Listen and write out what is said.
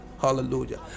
hallelujah